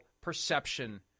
perception